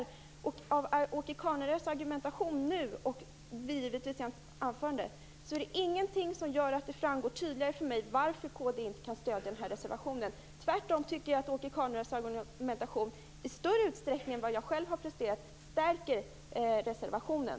Det finns ingenting i Åke Carnerös argumentation nu och givetvis i hans anförande som gör att det framgår tydligare för mig varför kd inte kan stödja den här reservationen. Tvärtom tycker jag att Åke Carnerös argumentation i större utsträckning än den jag själv har presterat stärker reservationen.